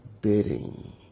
bidding